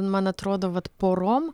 man atrodo vat porom